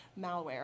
malware